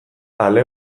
ale